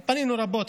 פנינו רבות.